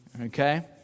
okay